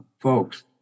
folks